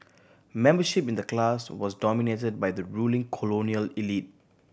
membership in the clubs was dominated by the ruling colonial elite